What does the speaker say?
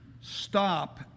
stop